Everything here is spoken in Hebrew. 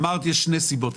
אמרת, יש שתי סיבות.